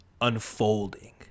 unfolding